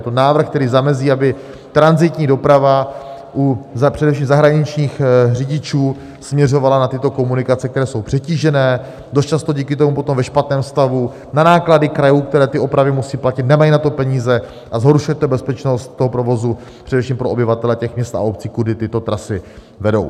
Je to návrh, který zamezí, aby tranzitní doprava, především u zahraničních řidičů, směřovala na tyto komunikace, které jsou přetížené, dost často díky tomu ve špatném stavu, na náklady krajů, které ty opravy musí platit, nemají na to peníze a zhoršuje se bezpečnost provozu především pro obyvatele měst a obcí, kudy tyto trasy vedou.